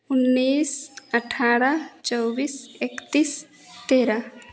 उन्नीस अठारह चौबीस इकतीस तेरह